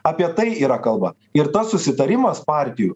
apie tai yra kalba ir tas susitarimas partijų